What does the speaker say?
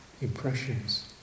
impressions